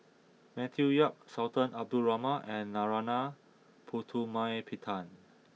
Matthew Yap Sultan Abdul Rahman and Narana Putumaippittan